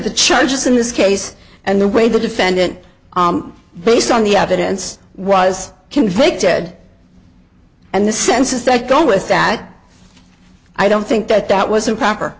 the charges in this case and the way the defendant based on the evidence was convicted and the senses that go with that i don't think that that was improper